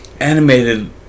Animated